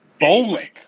Bolick